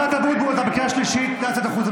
אתה בקריאה שנייה.